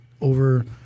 over